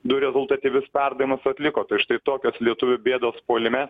du rezultatyvius perdavimus atliko tai štai tokios lietuvių bėdos puolime